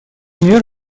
мер